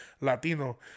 Latino